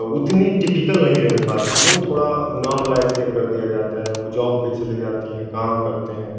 उतनी टिपिकल नहीं रह पातीं वो थोड़ा नॉर्मलाइज़ कर दिया जाता है वो जॉब पर चली जाती हैं काम करते हैं